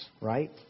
right